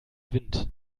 wind